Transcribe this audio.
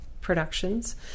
productions